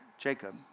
Jacob